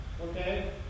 okay